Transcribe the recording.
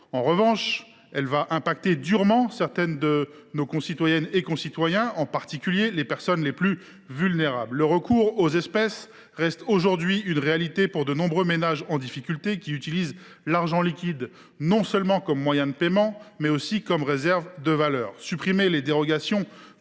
En revanche, elle affecterait durement certains de nos concitoyens et concitoyennes, en particulier les personnes les plus vulnérables. Le recours aux espèces reste aujourd’hui une réalité pour de nombreux ménages en difficulté, qui utilisent l’argent liquide non seulement comme moyen de paiement, mais aussi comme réserve de valeur. Supprimer les dérogations